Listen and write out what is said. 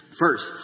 First